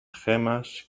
gemas